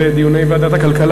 בדיוני ועדת הכלכלה,